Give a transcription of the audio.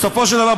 בסופו של דבר,